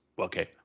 okay